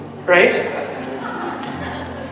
Right